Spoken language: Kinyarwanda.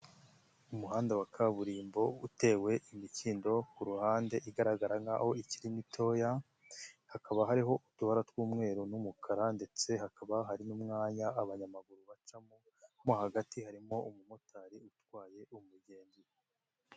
Umuhanda wa kaburimbo utewe imikindo ku ruhande igaragara nkaho iki mitoya, hakaba hariho utubara tw'umweru n'umukara ndetse hakaba hari n'umwanya abanyamaguru bacamo, mo hagati harimo umumotari utwaye umugenzi.